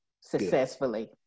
successfully